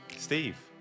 Steve